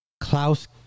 Klaus